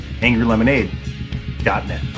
angrylemonade.net